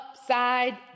upside